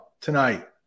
tonight